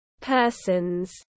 persons